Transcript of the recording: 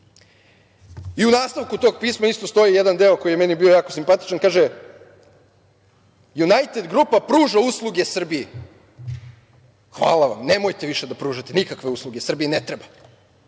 nastavku tog pisma isto stoji jedan deo koji je meni bio jako simpatičan. Kaže - Junajted grupa pruža usluge Srbiji. Hvala vam! Nemojte više da pružate nikakve usluge Srbiji, ne treba!